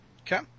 Okay